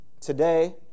Today